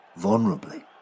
vulnerably